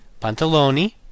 Pantaloni